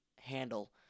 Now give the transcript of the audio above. handle